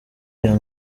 iyo